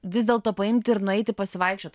vis dėlto paimti ir nueiti pasivaikščiot